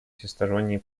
всесторонней